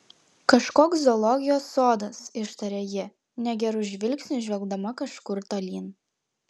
kažkoks zoologijos sodas ištarė ji negeru žvilgsniu žvelgdama kažkur tolyn